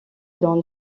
dans